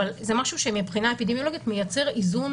אבל זה משהו שמבחינה אפידמיולוגית מייצר איזון